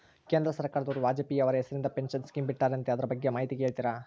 ಕೇಂದ್ರ ಸರ್ಕಾರದವರು ವಾಜಪೇಯಿ ಅವರ ಹೆಸರಿಂದ ಪೆನ್ಶನ್ ಸ್ಕೇಮ್ ಬಿಟ್ಟಾರಂತೆ ಅದರ ಬಗ್ಗೆ ಮಾಹಿತಿ ಹೇಳ್ತೇರಾ?